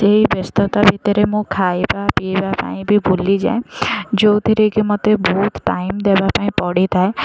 ସେଇ ବ୍ୟସ୍ତତା ଭିତରେ ମୁଁ ଖାଇବା ପିଇବା ପାଇଁ ବି ଭୁଲିଯାଏ ଯେଉଁଥିରେ କି ମୋତେ ବହୁତ ଟାଇମ ଦେବା ପାଇଁ ପଡ଼ିଥାଏ